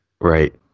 Right